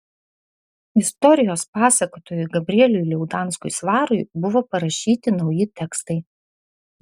istorijos pasakotojui gabrieliui liaudanskui svarui buvo parašyti nauji tekstai